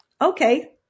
okay